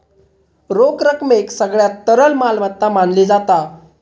रोख रकमेक सगळ्यात तरल मालमत्ता मानली जाता